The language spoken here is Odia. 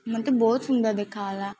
ମୋତେ ବହୁତ ସୁନ୍ଦର୍ ଦେଖାଗଲା